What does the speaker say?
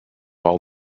all